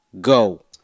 Go